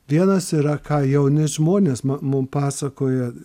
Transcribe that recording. vienas yra ką jauni žmonės man mum pasakoja